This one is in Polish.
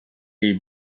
jej